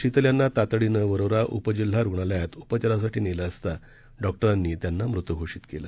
शीतलयांनातातडीनंवरोराउपजिल्हारुग्णालयातउपचारासाठीनेलंअसताडॉक्टरांनीत्यांनामृतघोषितकेलं